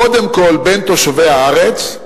קודם כול בין תושבי הארץ,